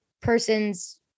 persons